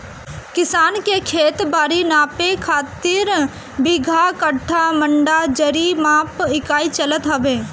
किसान के खेत बारी नापे खातिर बीघा, कठ्ठा, मंडा, जरी माप इकाई चलत हवे